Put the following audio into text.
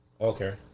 Okay